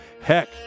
Heck